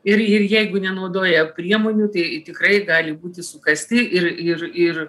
ir ir jeigu nenaudoja priemonių tai tikrai gali būti sukąsti ir ir ir